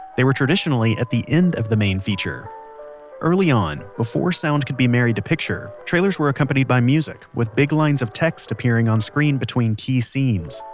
they were traditionally at the end of the main feature early on, before sound could be married to picture, trailers were accompanied by music with big lines of text appearing on screen between key scenes.